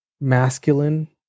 masculine